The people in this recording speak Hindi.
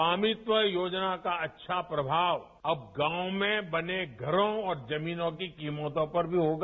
स्वामित्व योजना का अच्छा प्रभाव अब गांव में बने घरों और जमीनों की कीमतों पर भी होगा